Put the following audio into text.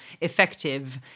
effective